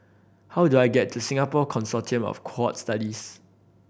how do I get to Singapore Consortium of Cohort Studies